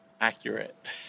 accurate